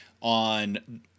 on